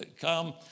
come